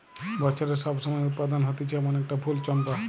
বছরের সব সময় উৎপাদন হতিছে এমন একটা ফুল চম্পা